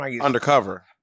Undercover